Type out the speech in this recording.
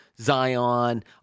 Zion—